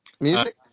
music